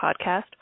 podcast